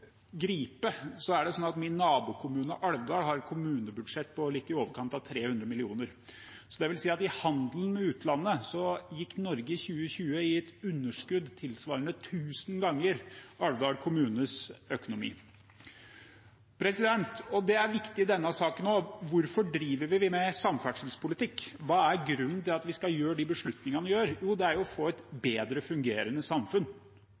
gripe, har min nabokommune, Alvdal, et kommunebudsjett på litt i overkant av 300 mill. kr. Det vil si at i handelen med utlandet gikk Norge i 2020 med et underskudd tilsvarende tusen ganger Alvdal kommunes økonomi. Det er også viktig i denne saken, med tanke på hvorfor vi driver med samferdselspolitikk, og hva som er grunnen til at vi skal gjøre de beslutningene vi gjør. Jo, det er å få et bedre fungerende samfunn.